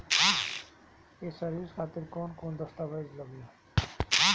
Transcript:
ये सर्विस खातिर कौन कौन दस्तावेज लगी?